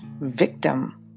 victim